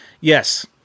Yes